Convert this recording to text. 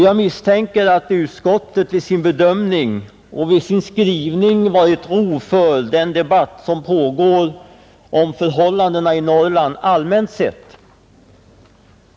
Jag misstänker att utskottet vid sin bedömning och sin skrivning varit rov för den debatt som pågår om förhållandena i Norrland allmänt sett.